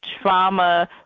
trauma